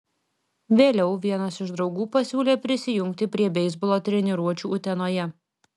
vėliau vienas iš draugų pasiūlė prisijungti prie beisbolo treniruočių utenoje